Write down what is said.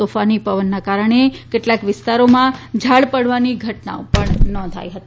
તોફાની પવનના કારણે કેટલાક વિસ્તારોમાં ઝાડ પડવાની ઘટના પણ નોંધાઇ છે